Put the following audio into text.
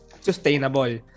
sustainable